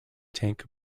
tank